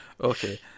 Okay